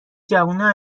جوونا